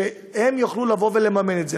שהם יוכלו לבוא ולממן את זה.